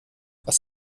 was